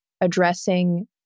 addressing